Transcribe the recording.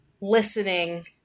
listening